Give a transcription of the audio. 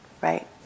right